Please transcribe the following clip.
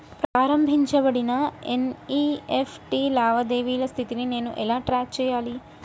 ప్రారంభించబడిన ఎన్.ఇ.ఎఫ్.టి లావాదేవీల స్థితిని నేను ఎలా ట్రాక్ చేయాలి?